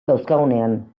dauzkagunean